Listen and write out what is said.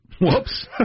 Whoops